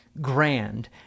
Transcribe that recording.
grand